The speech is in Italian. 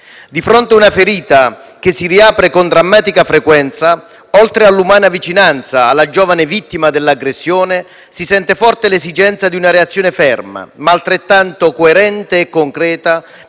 Di fronte a una ferita che si riapre con drammatica frequenza, oltre all'umana vicinanza alla giovane vittima dell'aggressione, si sente forte l'esigenza di una reazione ferma, ma altrettanto coerente e concreta,